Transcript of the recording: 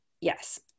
yes